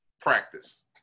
practice